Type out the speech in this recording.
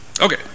okay